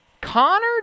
Connor